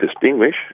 distinguish